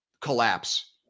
collapse